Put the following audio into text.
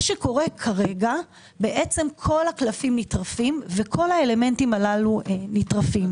שקורה כרגע כל הקלפים נטרפים וכל האלמנטים הללו נטרפים.